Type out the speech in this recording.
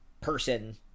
person